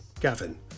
Gavin